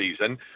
season